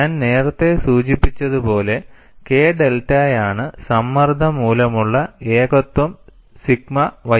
ഞാൻ നേരത്തെ സൂചിപ്പിച്ചതുപോലെ K ഡെൽറ്റയാണ് സമ്മർദ്ദം മൂലമുള്ള ഏകത്വം സിഗ്മ ys